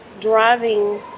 driving